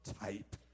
type